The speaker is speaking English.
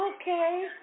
Okay